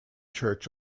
church